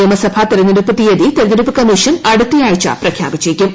നിയമസഭാ തെരെഞ്ഞെടുപ്പ് തീയതി തെരെഞ്ഞെടുപ്പ് കമ്മീഷൻ അടുത്താഴ്ച പ്രഖ്യാപിച്ചേക്കും